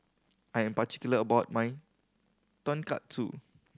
I am particular about my Tonkatsu